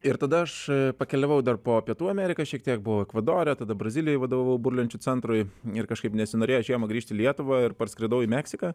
ir tada aš pakeliavau dar po pietų ameriką šiek tiek buvau ekvadore tada brazilijoj vadovavau burlenčių centrui ir kažkaip nesinorėjo žiemą grįžti lietuvą ir parskridau į meksiką